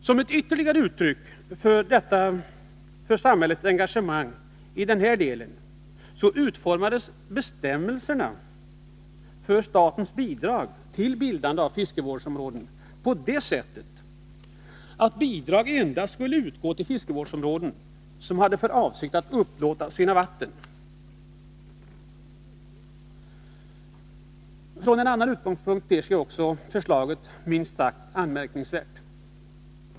Som ett ytterligare uttryck för samhällets engagemang i den här delen utformades bestämmelserna för statens bidrag till bildande av fiskevårdsom råden på det sättet, att bidrag endast skulle utgå till fiskevårdsområden som hade för avsikt att upplåta sina vatten. Från en annan utgångspunkt ter sig också förslaget minst sagt anmärkningsvärt.